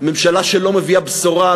ממשלה שלא מביאה בשורה,